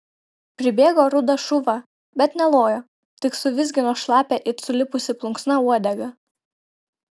pribėgo rudas šuva bet nelojo tik suvizgino šlapią it sulipusi plunksna uodegą